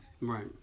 Right